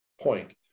point